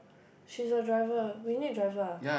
she's a driver we need driver ah